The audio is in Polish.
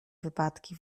wypadki